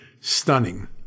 stunning